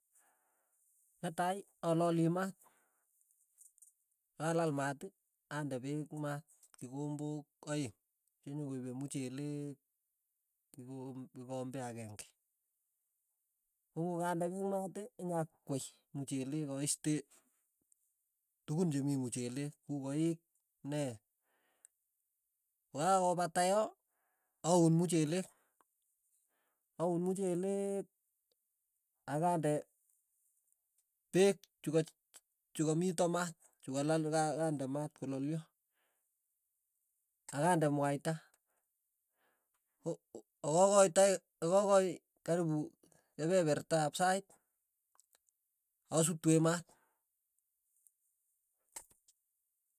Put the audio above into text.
Netai alali maat, kakolal maat, ande peek maat kikombok aeng' chenyokoipe mchelek kiko kikombe akeng'e, ko kokande peek maat, nyakwei mchelek aiste tukun chemii mchelek ku koik ne, kokakopata yo, aun mchelek, auun mcheleek akande peek chuka chukamito maat chukalale ka- kande maat kolalyo, akende mwaita ko- ko akakachi taik akakachi karipu kepepertap sait asoutu eng' maat.